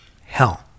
hell